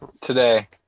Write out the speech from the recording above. today